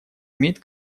имеет